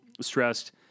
stressed